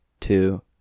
two